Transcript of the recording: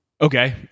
Okay